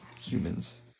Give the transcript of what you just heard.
humans